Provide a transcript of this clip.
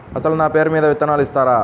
అసలు నా పేరు మీద విత్తనాలు ఇస్తారా?